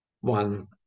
one